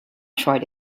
tried